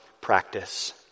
practice